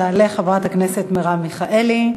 תעלה חברת הכנסת מרב מיכאלי,